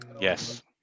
Yes